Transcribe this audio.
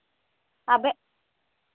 ᱟᱵᱮᱱ